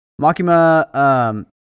Makima